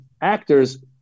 actors